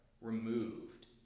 removed